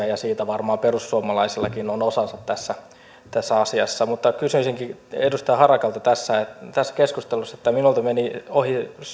ja varmaan perussuomalaisillakin on osansa tässä tässä asiassa mutta kysyisinkin edustaja harakalta tässä keskustelussa kun minulta meni ohi